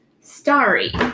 Starry